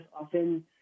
often